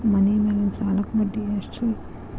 ಮನಿ ಮೇಲಿನ ಸಾಲಕ್ಕ ಬಡ್ಡಿ ಎಷ್ಟ್ರಿ?